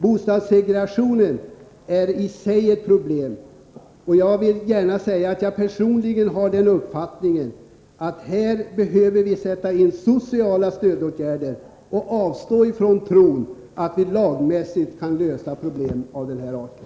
Bostadssegregationen är i sig ett problem, och jag vill gärna säga att jag personligen har den uppfattningen, att vi här måste sätta in sociala stödåtgärder och överge tron att vi lagstiftningsvägen kan lösa problem av den här arten.